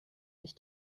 sich